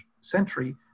century